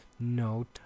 note